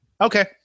Okay